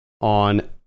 on